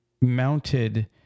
mounted